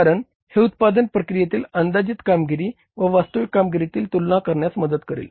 कारण हे उत्पादन प्रक्रियेतील अंदाजित कामगिरी व वास्तविक कामगिरीत तुलना करण्यास मदत करेल